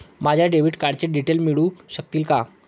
माझ्या डेबिट कार्डचे डिटेल्स मिळू शकतील का?